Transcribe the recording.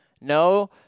no